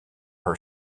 her